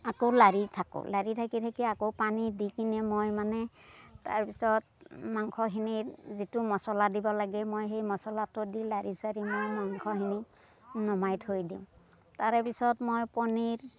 আকৌ লাৰি থাকো লাৰি থাকি থাকি আকৌ পানী দি কিনে মই মানে তাৰপিছত মাংসখিনিত যিটো মচলা দিব লাগে মই সেই মচলাটো দি লাৰি চাৰি মই মাংসখিনি নমাই থৈ দিওঁ তাৰে পিছত মই পনীৰ